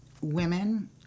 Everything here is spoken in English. women